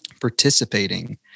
participating